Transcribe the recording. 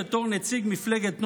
בתור נציג מפלגת נעם,